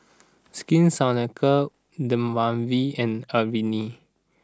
Skin Ceuticals Dermaveen and Avene